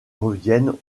reviennent